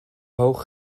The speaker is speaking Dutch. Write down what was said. hoog